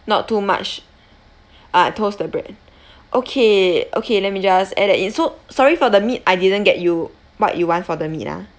not too much ah toast the bread okay okay let me just add that in so sorry for the meat I didn't get you what you want for the meat ah